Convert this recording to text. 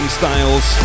styles